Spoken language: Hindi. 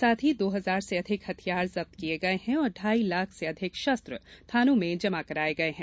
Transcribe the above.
साथ ही दो हजार से अधिक हथियार जब्त किये गये हैं और ढाई लाख से अधिक शस्त्र थानों में जमा कराये गये हैं